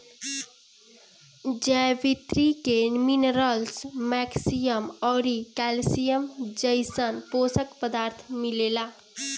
जावित्री में minerals, magnesium अउरी कैल्शियम जइसन पोषक पदार्थ मिलेला